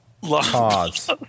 pause